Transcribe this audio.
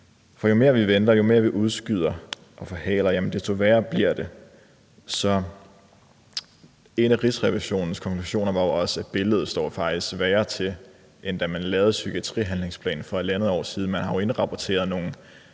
For jo mere vi venter, og jo mere vi udskyder og forhaler, desto værre bliver det. En af Rigsrevisionens konklusioner var også, at billedet faktisk ser værre ud, end da man lavede psykiatrihandlingsplanen for halvandet år siden. Man har jo indrapporteret nogle